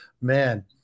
Man